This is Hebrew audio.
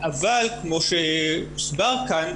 אבל כמו שהוסבר כאן,